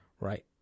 Right